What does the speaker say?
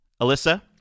Alyssa